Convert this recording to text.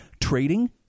trading